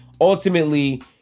ultimately